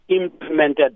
implemented